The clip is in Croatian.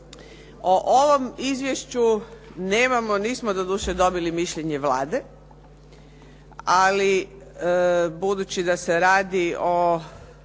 O ovom izvješću nemamo nismo do duše dobili mišljenje Vlade, ali budući da se radi o